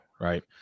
right